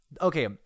Okay